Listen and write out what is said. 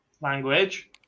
Language